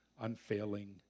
unfailing